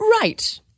Right